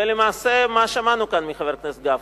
למעשה, מה שמענו כאן מחבר הכנסת גפני?